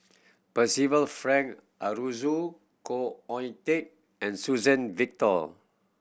Percival Frank Aroozoo Khoo Oon Teik and Suzann Victor